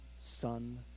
Son